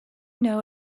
know